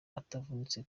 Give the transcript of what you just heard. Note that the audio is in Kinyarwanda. atavunitse